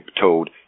told